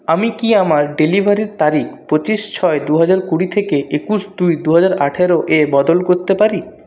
আমি কি আমার ডেলিভারির তারিখ পঁচিশ ছয় দু হাজার কুড়ি থেকে একুশ দুই দু হাজার আঠারো এ বদল করতে পারি